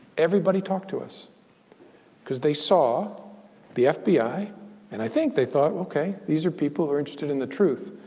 everybody talked to us because they saw the fbi and i think they thought, ok, these are people who are interested in the truth.